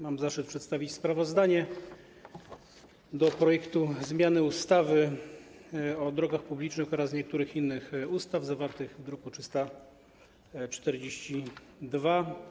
Mam zaszczyt przedstawić sprawozdanie o projekcie zmiany ustawy o drogach publicznych oraz niektórych innych ustaw, druk nr 342.